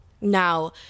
now